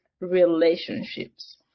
relationships